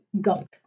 gunk